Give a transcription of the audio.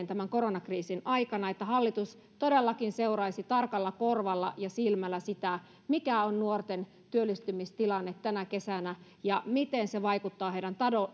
tämän koronakriisin aikana että hallitus todellakin seuraisi tarkalla korvalla ja silmällä sitä mikä on nuorten työllistymistilanne tänä kesänä ja miten se vaikuttaa heidän